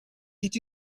did